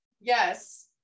Yes